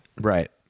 Right